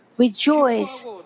Rejoice